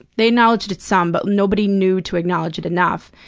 they acknowledged it some, but nobody knew to acknowledge it enough.